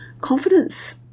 confidence